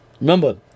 Remember